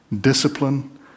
discipline